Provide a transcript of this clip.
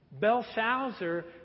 Belshazzar